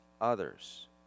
others